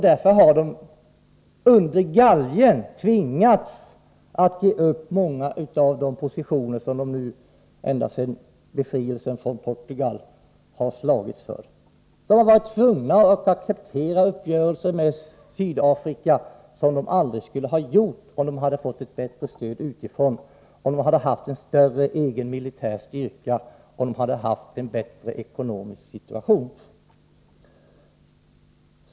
Därför har de under galgen tvingats ge upp många av de positioner som de ända sedan befrielsen från Portugal har slagits för. De har varit tvungna att acceptera uppgörelser med Sydafrika som de aldrig skulle ha godtagit om de hade fått ett bättre stöd utifrån, om de hade haft en större egen militär styrka och om de hade haft en bättre ekonomisk situation.